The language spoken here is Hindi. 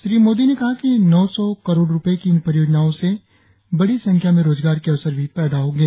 श्री मोदी ने कहा कि नौ सौ करोड़ रूपए की इन परियोजनाओं से बड़ी संख्या में रोजगार के अवसर भी पैदा होंगे